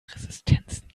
resistenzen